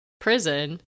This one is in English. prison